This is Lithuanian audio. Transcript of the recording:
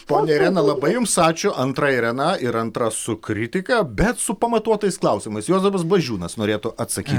ponia irena labai jums ačiū antra irena ir antra su kritika bet su pamatuotais klausimais juozapas blažiūnas norėtų atsakyti